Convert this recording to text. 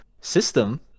system